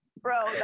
bro